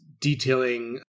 detailing